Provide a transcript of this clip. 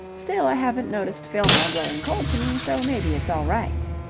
still, i haven't noticed fillmore growing cold to me, so maybe it's all right.